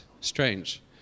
strange